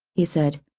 he said.